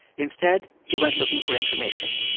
instead, he went looking for information.